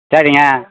சரிங்க